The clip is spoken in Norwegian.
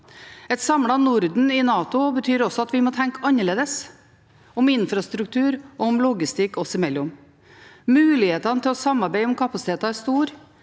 Et samlet Norden i NATO betyr også at vi må tenke annerledes om infrastruktur og logistikk oss imellom. Mulighetene til å samarbeide om kapasiteter er store,